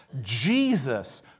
Jesus